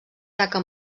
taca